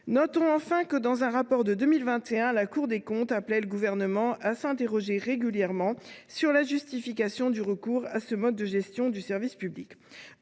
l’État et ses opérateurs, la Cour des comptes appelait le Gouvernement à s’interroger régulièrement sur la justification du recours à ce mode de gestion du service public.